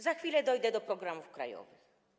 Za chwilę dojdę do programów krajowych.